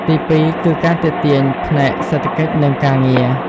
ទីពីរគឺការទាក់ទាញផ្នែកសេដ្ឋកិច្ចនិងការងារ។